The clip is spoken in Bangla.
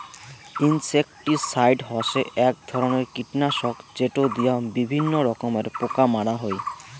ইনসেক্টিসাইড হসে এক ধরণের কীটনাশক যেটো দিয়া বিভিন্ন রকমের পোকা মারা হই